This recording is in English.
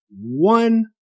one